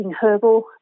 herbal